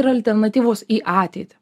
yra alternatyvos į ateitį